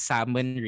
Salmon